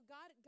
God